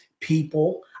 people